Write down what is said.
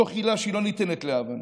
מתוך הילה שלא ניתנת להבנה.